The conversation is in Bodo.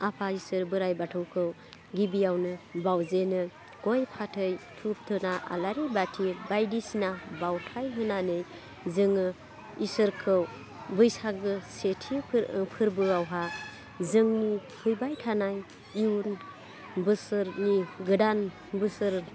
आफा इसोर बोराय बाथौखौ गिबियावनो बाउजेनो गइ फाथै धुब धुना आलारि बाथि बायदिसिना बाउथाय होनानै जोङो इसोरखौ बैसागो सेथि फोरबो आवहाय जोंनि फैबाय थानाय इयुन बोसोरनि गोदान बोसोर